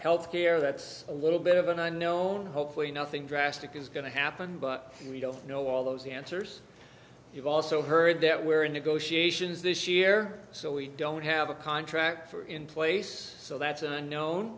health care that's a little bit of an unknown hopefully nothing drastic is going to happen but we don't know all those answers you've also heard that we're in negotiations this year so we don't have a contract for in place so that's an unknown